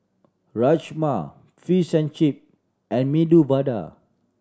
Rajma Fish and Chip and Medu Vada